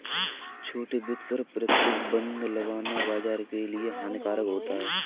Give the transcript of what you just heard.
छोटे वित्त पर प्रतिबन्ध लगाना बाज़ार के लिए हानिकारक होता है